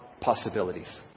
Possibilities